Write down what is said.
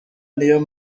niyo